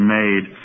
made